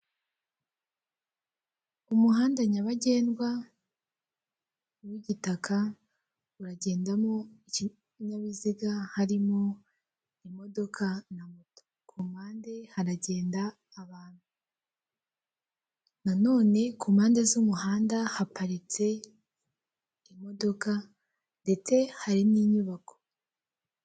Umuhanda nyabagendwa w'igitaka hagendamo ikinyabiziga harimo imodoka n'amoto ku mpande haragenda abantu. Nanone ku mpande z'umuhanda haparitse imodoka ndetse hari n'inyubako.